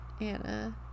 Anna